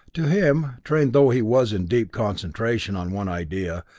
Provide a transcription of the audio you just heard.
to him, trained though he was in deep concentration on one idea,